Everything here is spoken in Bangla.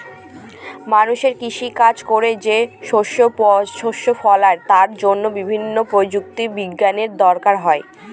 মানুষ কৃষি কাজ করে যে শস্য ফলায় তার জন্য বিভিন্ন প্রযুক্তি বিজ্ঞানের দরকার হয়